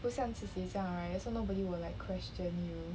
不自己这样 right also nobody will like question you